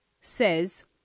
says